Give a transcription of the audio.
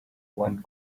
one